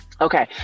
Okay